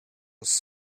was